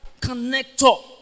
connector